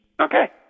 Okay